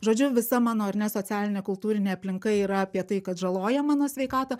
žodžiu visa mano ar ne socialinė kultūrinė aplinka yra apie tai kad žaloja mano sveikatą